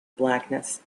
blackness